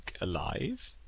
alive